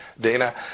Dana